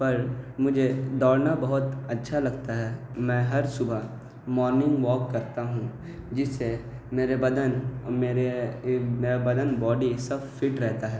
پر مجھے دوڑنا بہت اچھا لگتا ہے میں ہر صبح مارننگ واک کرتا ہوں جس سے میرے بدن میرے میر بدن باڈی سب فٹ رہتا ہے